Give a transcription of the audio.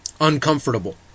uncomfortable